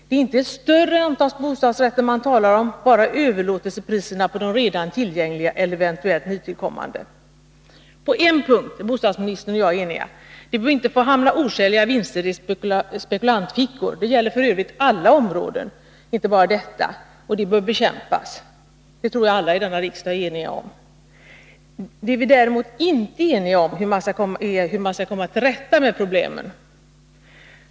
Det är inte ett större antal bostadsrätter man talar om, utan bara överlåtelsepriserna på de redan tillgängliga eller eventuellt nytillkommande. På en punkt är bostadsministern och jag eniga: Oskäliga vinster bör inte få hamna i spekulantfickor. Det gäller f. ö. alla områden, inte bara det här området. Och detta bör bekämpas. Det tror jag att alla i denna kammare är eniga om. Däremot är vi inte eniga om hur man skall komma till rätta med problemen.